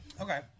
Okay